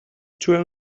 two